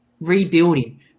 rebuilding